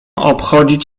obchodzić